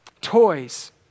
Toys